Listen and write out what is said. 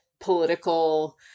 political